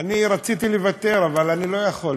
אני רציתי לוותר, אבל אני לא יכול.